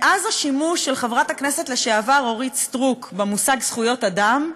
מאז השימוש של חברת הכנסת לשעבר אורית סטרוק במושג זכויות אדם,